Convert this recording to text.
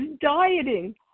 dieting